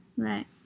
Right